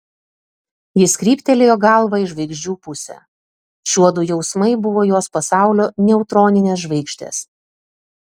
jis kryptelėjo galvą į žvaigždžių pusę šiuodu jausmai buvo jos pasaulio neutroninės žvaigždės